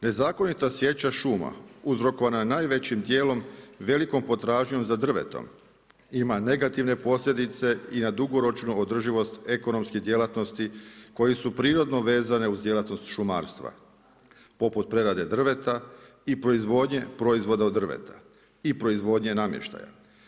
Nezakonita sječa šuma uzrokovana najvećim dijelom velikom potražnjom za drvetom ima negativne posljedice i na dugoročnu održivost ekonomskih djelatnosti koje su prirodno vezane uz djelatnost šumarstva poput prerade drveta i proizvodnje proizvoda od drveta i proizvodnje namještaja.